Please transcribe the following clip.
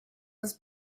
was